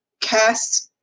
cast